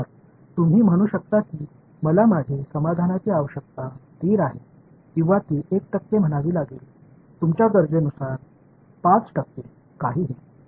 तर तुम्ही म्हणू शकता की मला माझी समाधानाची आवश्यकता स्थिर आहे किंवा ती 1 टक्के म्हणावी लागेल तुमच्या गरजेनुसार 5 टक्के काहीही